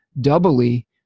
doubly